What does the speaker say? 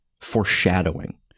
foreshadowing